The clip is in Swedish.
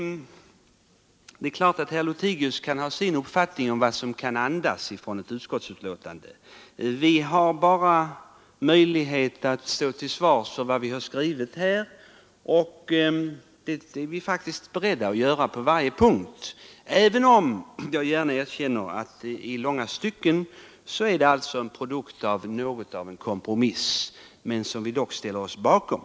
Det är klart att herr Lothigius kan ha sin uppfattning om vad som andas ur ett utskottsbetänkande. Vi har bara möjlighet att stå till svars för vad vi har skrivit, och det är vi faktiskt beredda att göra på varje punkt, även om jag gärna erkänner att betänkandet i långa stycken är produkten av en kompromiss, men en kompromiss som vi ställer oss bakom.